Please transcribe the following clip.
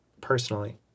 personally